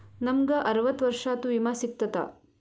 ನಮ್ ಗ ಅರವತ್ತ ವರ್ಷಾತು ವಿಮಾ ಸಿಗ್ತದಾ?